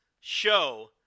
show